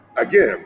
again